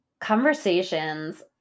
Conversations